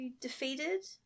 defeated